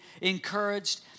encouraged